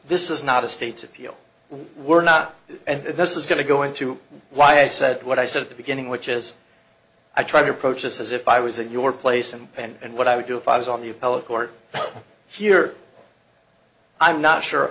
this is not a state's appeal we're not and this is going to go into why i said what i said at the beginning which is i try to approach this as if i was at your place and and what i would do if i was on the appellate court here i'm not sure